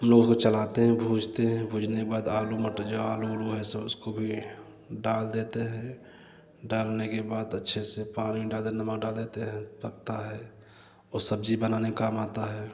उन लोगों को चलाते हैं भूँजते हैं भूँजने के बाद आलू मटर जो आलू उरु है सो उसको भी यह डाल देते हैं डालने के बाद अच्छे से पानी डाल दें नमक डाल देते हैं पकता है और सब्ज़ी बनाने काम आता है